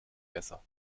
besser